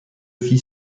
filles